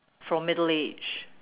from middle age